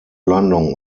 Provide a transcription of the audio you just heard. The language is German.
landung